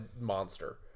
monster